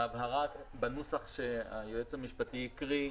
ההבהרה בנוסח שהיועץ המשפטי הקריא,